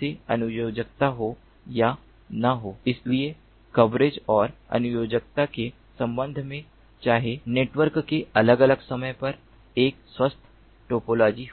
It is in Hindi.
से अनुयोजकता हो या न हो इसलिए कवरेज और अनुयोजकता के संबंध में चाहे नेटवर्क के अलग अलग समय पर एक स्वस्थ टोपोलॉजी हो